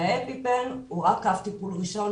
אפיפן הוא רק קו טיפול ראשון.